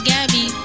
Gabby